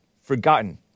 forgotten